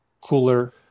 cooler